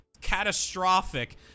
catastrophic